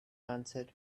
answered